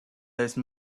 those